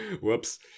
Whoops